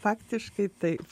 faktiškai taip